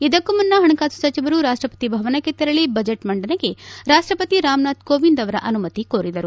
ಇದಕ್ಕೂ ಮುನ್ನ ಪಣಕಾಸು ಸಚಿವರು ರಾಷ್ಟಪತಿ ಭವನಕ್ಕೆ ಶೆರಳಿ ಬಜೆಟ್ ಮಂಡನೆಗೆ ರಾಷ್ಟಪತಿ ರಾಮನಾಥ್ ಕೋವಿಂದ್ ಅವರ ಅನುಮತಿ ಕೋರಿದರು